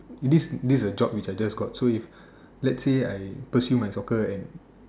this this is a job which I just got so if let's say I pursue my soccer right